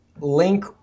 link